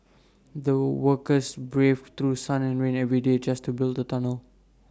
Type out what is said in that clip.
the workers braved through sun and rain every day just to build the tunnel